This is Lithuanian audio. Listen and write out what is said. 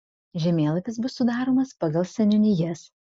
žemėlapis bus sudaromas pagal seniūnijas